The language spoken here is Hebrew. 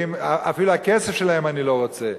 אפילו את הכסף שלהם אני לא רוצה.